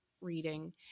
reading